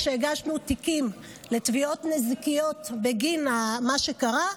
כשהגשנו תיקים לתביעות נזיקיות בגין מה שקרה,